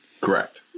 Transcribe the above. Correct